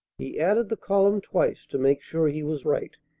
he added the column twice to make sure he was right.